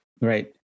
Right